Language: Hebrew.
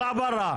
ברא.